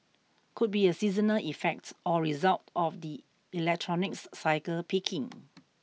could be a seasonal effect or result of the electronics cycle peaking